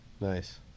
Nice